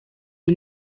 die